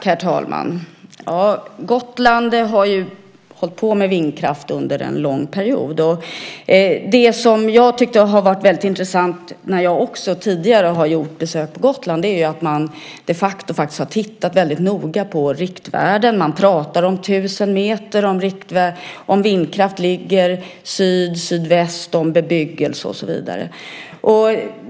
Herr talman! Gotland har haft vindkraft under en lång period. Det som jag tycker har varit väldigt intressant, när jag tidigare har gjort besök på Gotland, är att man de facto har tittat väldigt noga på riktvärden. Man pratar om 1 000 meter och om vindkraftverk ligger sydsydväst om bebyggelse och så vidare.